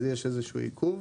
אז יש איזשהו עיכוב.